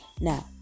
Now